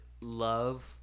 love